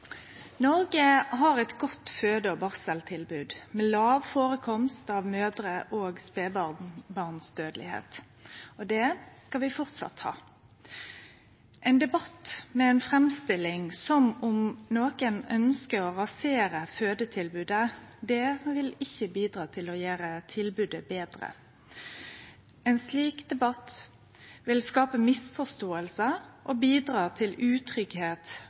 Noreg har eit godt føde- og barseltilbod med låg førekomst av mødre- og spedbarnsdødelegheit. Det skal vi framleis ha. Ein debatt med ei framstilling som om nokon ønskjer å rasere fødetilbodet, vil ikkje bidra til å gjere tilbodet betre. Ein slik debatt vil skape misforståingar og bidra til